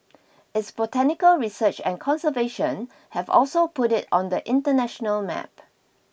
its botanical research and conservation have also put it on the international map